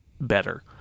better